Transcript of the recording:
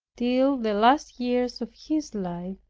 till the last years of his life.